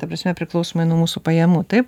ta prasme priklausomai nuo mūsų pajamų taip